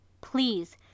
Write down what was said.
Please